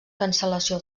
cancel·lació